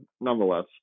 nonetheless